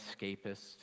escapist